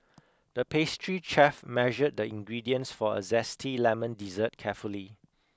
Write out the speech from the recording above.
the pastry chef measured the ingredients for a zesty lemon dessert carefully